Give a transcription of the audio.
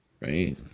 right